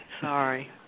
sorry